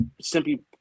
simply